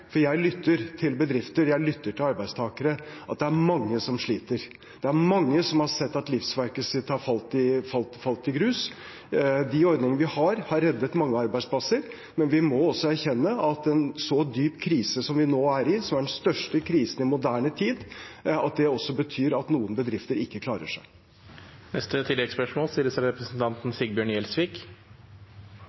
for jeg lytter til bedrifter, jeg lytter til arbeidstakere, at det er mange som sliter. Det er mange som har sett at livsverket deres har falt i grus. De ordningene vi har, har reddet mange arbeidsplasser, men vi må erkjenne at i en så dyp krise som vi nå er i, som er den største krisen i moderne tid, er det også noen bedrifter som ikke klarer